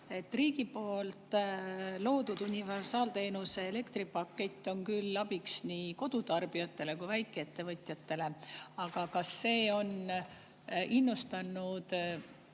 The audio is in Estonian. Riigi loodud universaalteenuse elektripakett on küll abiks nii kodutarbijatele kui väikeettevõtjatele, aga kas see on innustanud